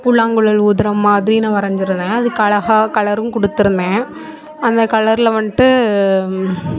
புல்லாங்குழல் ஊதுற மாதிரி நான் வரைஞ்சிருந்தேன் அதுக்கு அழகாக கலரும் கொடுத்துருந்தேன் அந்த கலரில் வந்துட்டு